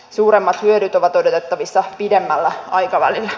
suuremmat hyödyt ovat odotettavissa pidemmällä aikavälillä